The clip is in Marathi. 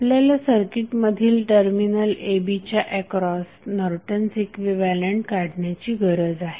आपल्याला सर्किट मधील टर्मिनल a b च्या एक्रॉस नॉर्टन्स इक्विव्हॅलंट काढण्याची गरज आहे